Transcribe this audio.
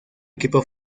equipo